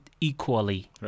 equally